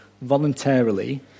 voluntarily